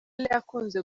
yakunze